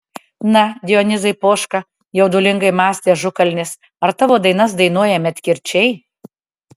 na dionizai poška jaudulingai mąstė ažukalnis ar tavo dainas dainuoja medkirčiai